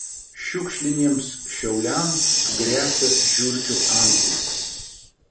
šiukšliniems šiauliams gresia žiurkių antplūdis